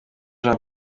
jean